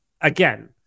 Again